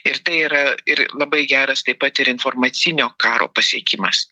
ir tai yra ir labai geras taip pat ir informacinio karo pasiekimas